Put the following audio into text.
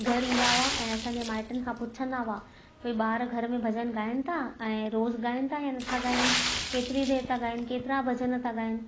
घरु ईंदा हुआ ऐं असांजे माइटनि खां पुछंदा हुआ भई ॿार घर में भॼनु ॻाइनि था ऐं रोज़ु ॻाइनि था या नथा ॻाइनि केतिरी देर था ॻाइनि केतिरा भॼन था ॻाइनि